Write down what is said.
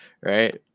Right